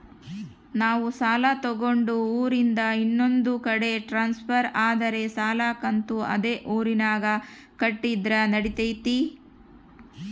ನಾವು ಸಾಲ ತಗೊಂಡು ಊರಿಂದ ಇನ್ನೊಂದು ಕಡೆ ಟ್ರಾನ್ಸ್ಫರ್ ಆದರೆ ಸಾಲ ಕಂತು ಅದೇ ಊರಿನಾಗ ಕಟ್ಟಿದ್ರ ನಡಿತೈತಿ?